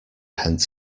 pent